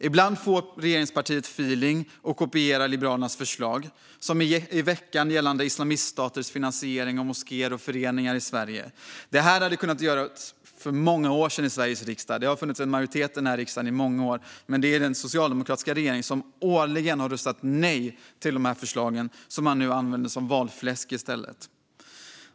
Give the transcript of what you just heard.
Ibland får regeringspartiet feeling och kopierar Liberalernas förslag, som i veckan gällande islamiststaters finansiering av moskéer och föreningar i Sverige. Det här hade kunnat göras för många år sedan i Sveriges riksdag - det har funnits en majoritet i den här riksdagen i många år - men den socialdemokratiska regeringen har årligen röstat nej till dessa förslag, som man nu i stället använder som valfläsk.